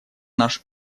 наш